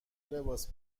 لباس